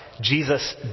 Jesus